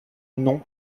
nom